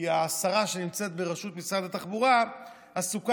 כי השרה שנמצאת בראשות משרד התחבורה עסוקה